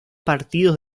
partidos